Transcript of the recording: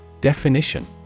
Definition